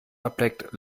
ableckt